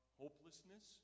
hopelessness